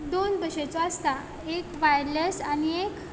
दोन भशेचो आसता एक वायरलेस आनी एक